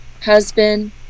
husband